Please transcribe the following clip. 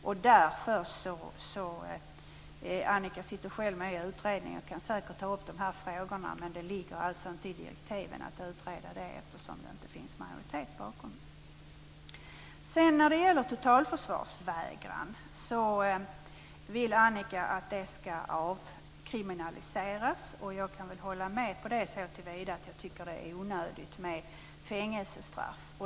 Annika Nordgren sitter själv med i utredningen och kan där ta upp dessa frågor, men jag vill peka på att anledningen till att detta inte ingår i direktiven är att det inte finns majoritet för det. Annika Nordgren vill att totalförsvarsvägran skall avkriminaliseras. Jag kan hålla med så till vida att jag tycker att det är onödigt med fängelsestraff.